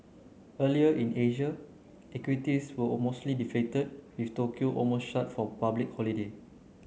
earlier in Asia equities were deflated with Tokyo almost shut for public holiday